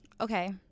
Okay